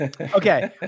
Okay